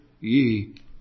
ye